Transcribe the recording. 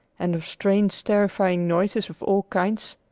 and of strange, terrifying noises of all kinds,